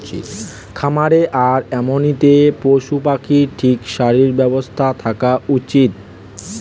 খামারে আর এমনিতে পশু পাখির ঠিক শরীর স্বাস্থ্য থাকা উচিত